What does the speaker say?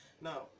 Now